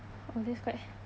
oh that's quite